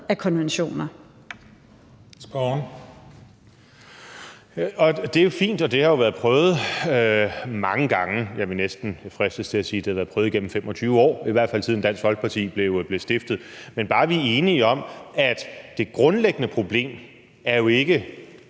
(DF): Det er jo fint, og det har været prøvet mange gange. Jeg vil næsten fristes til at sige, at det har været prøvet igennem 25 år, i hvert fald siden Dansk Folkeparti blev stiftet, men bare vi er enige om, at det grundlæggende problem jo ikke